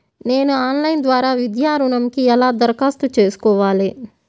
నేను ఆన్లైన్ ద్వారా విద్యా ఋణంకి ఎలా దరఖాస్తు చేసుకోవాలి?